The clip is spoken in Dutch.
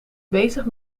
bezig